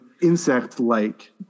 insect-like